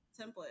Template